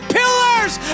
pillars